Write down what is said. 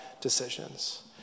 decisions